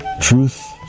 truth